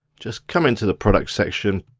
just come into the products section